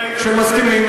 כשמסכימים,